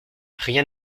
rien